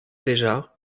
déjà